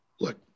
look